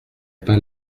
pas